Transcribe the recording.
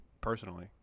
Personally